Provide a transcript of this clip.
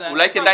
אולי כדאי